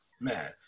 Man